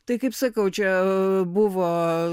tai kaip sakau čia buvo